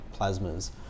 plasmas